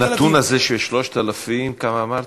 הנתון הזה של 3,000, כמה אמרת?